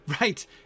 Right